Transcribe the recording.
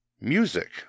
music